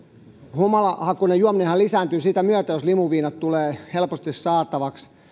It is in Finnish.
humalahakuinen juominenhan lisääntyy sitä myöten jos limuviinat tulevat helposti saatavaksi